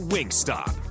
Wingstop